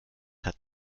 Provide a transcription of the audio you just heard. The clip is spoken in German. hat